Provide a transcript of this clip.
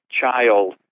child